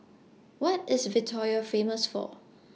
What IS Victoria Famous For